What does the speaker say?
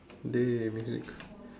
dey music